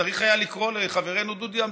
צריך היה לקרוא לחברנו דודי אמסלם,